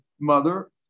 mother